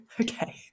Okay